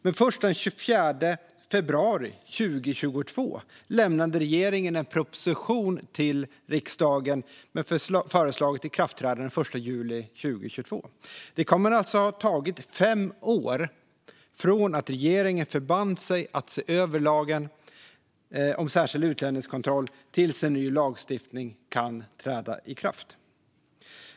Men först den 24 februari 2022 lämnade regeringen en proposition till riksdagen med föreslaget ikraftträdande den 1 juli 2022. Det kommer alltså att ha tagit fem år från det att regeringen förband sig att se över lagen om särskild utlänningskontroll tills en ny lagstiftning kan träda i kraft.